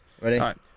Ready